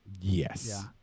Yes